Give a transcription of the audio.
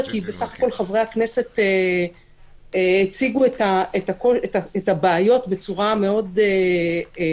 כי בסך הכל חברי הכנסת הציגו את הבעיות בצורה מאוד ברורה.